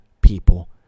people